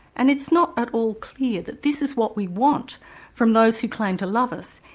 and it's not at all clear that this is what we want from those who claim to love us,